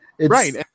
Right